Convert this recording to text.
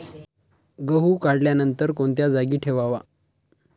गहू काढल्यानंतर कोणत्या जागी ठेवावा?